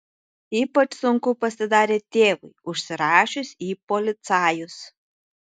ypač sunku pasidarė tėvui užsirašius į policajus